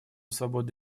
свобода